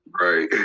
Right